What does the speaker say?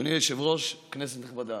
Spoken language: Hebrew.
אדוני היושב-ראש, כנסת נכבדה,